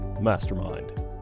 mastermind